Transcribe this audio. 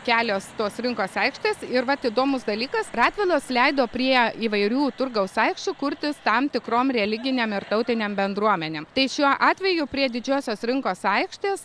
kelios tos rinkos aikštės ir vat įdomus dalykas radvilos leido prie įvairių turgaus aikščių kurtis tam tikrom religinėm ir tautinėm bendruomenėm tai šiuo atveju prie didžiosios rinkos aikštės